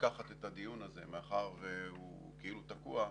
לקחת את הדיון הזה, מאחר שהוא כאילו תקוע,